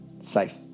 safe